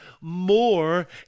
more